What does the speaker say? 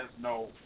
no